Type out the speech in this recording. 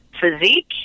physique